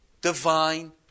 divine